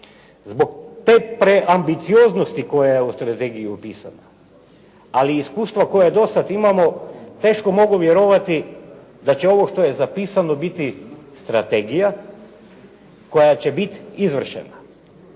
Zbog te preambicioznosti koja je u strategiji opisana ali i iskustva koja do sada imamo teško mogu vjerovati da će ovo što je zapisano biti strategija koja će biti izvršena.